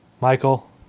Michael